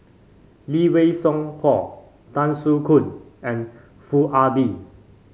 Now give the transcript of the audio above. Lee Wei Song Paul Tan Soo Khoon and Foo Ah Bee